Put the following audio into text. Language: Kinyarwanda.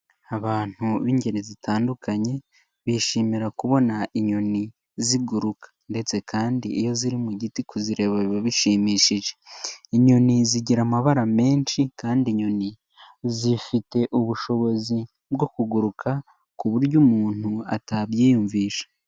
Abantu b'ingeri zitandukanye bishimira kubona inyoni ziguruka ndetse kandi iyo ziri mu giti kuzireba biba bishimishije. Inyoni zigira amabara menshi kandi inyoni zifite ubushobozi bwo kuguruka ku buryo umuntu atabyiyumvisha.